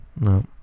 no